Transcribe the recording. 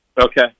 Okay